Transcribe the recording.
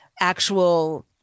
actual